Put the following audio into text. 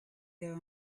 there